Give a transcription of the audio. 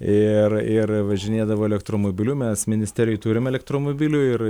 ir ir važinėdavo elektromobiliu mes ministerijoj turim elektromobilių ir